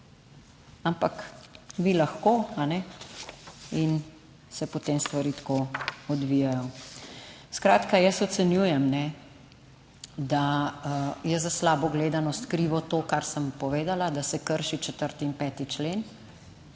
Ampak vi lahko, kajne, in se potem stvari tako odvijajo. Skratka, jaz ocenjujem, da je za slabo gledanost krivo to, kar sem povedala da se krši 4. in 5. člen